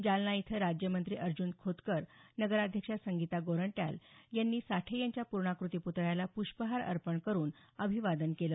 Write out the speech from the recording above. जालना इथं राज्यमंत्री अर्जुन खोतकर नगराध्यक्षा संगीता गोरंट्याल यांनी साठे यांच्या पुर्णाकृती पुतळ्याला पुष्पहार अर्पण करून अभिवादन केलं